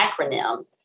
acronym